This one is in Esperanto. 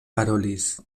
parolis